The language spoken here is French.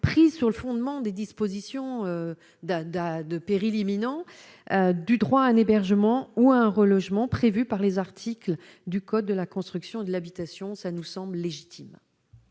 prises sur le fondement des dispositions dada de périls imminents du droit à un hébergement ou un relogement prévues par les articles du code de la construction de l'habitation, ça nous semble légitime.